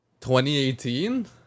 2018